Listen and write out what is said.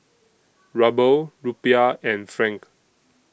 Ruble Rupiah and Franc